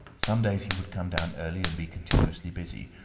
some days he would come down early and be continuously busy.